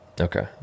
Okay